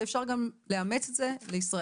ואפשר גם לאמץ את זה לישראל,